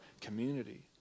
community